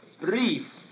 brief